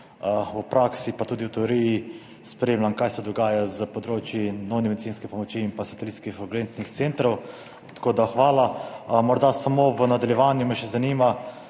v praksi pa tudi v teoriji spremljam, kaj se dogaja s področji nujne medicinske pomoči in satelitskih urgentnih centrov. Tako da hvala. V nadaljevanju me zanima